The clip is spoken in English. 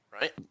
Right